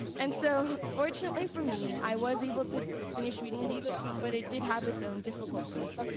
and so fortunately for me, i was able to finish reading this book, but it did have its own difficulties.